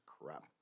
crap